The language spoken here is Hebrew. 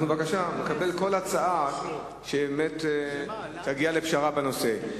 בבקשה, נקבל כל הצעה שבאמת תביא לפשרה בנושא.